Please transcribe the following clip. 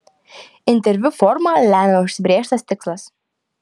interviu formą lemia užsibrėžtas tikslas